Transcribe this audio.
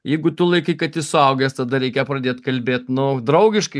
jeigu tu laikai kad jis suaugęs tada reikia pradėt kalbėt nu draugiškai